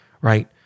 right